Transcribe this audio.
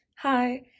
hi